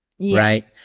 right